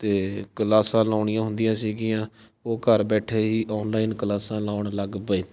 ਅਤੇ ਕਲਾਸਾਂ ਲਾਉਣੀਆਂ ਹੁੰਦੀਆਂ ਸੀਗੀਆਂ ਉਹ ਘਰ ਬੈਠੇ ਹੀ ਔਨਲਾਈਨ ਕਲਾਸਾਂ ਲਾਉਣ ਲੱਗ ਪਏ